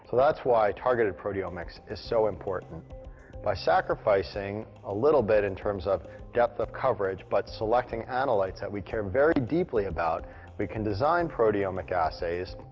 why targeted proteomics is so important by sacrificing a little bit in terms of depth of coverage but selecting analytes that we can very deeply about we can design proteomic assays,